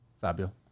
Fabio